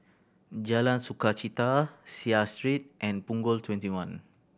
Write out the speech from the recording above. Jalan Sukachita Seah Street and Punggol Twenty one